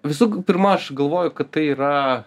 visų pirma aš galvoju kad tai yra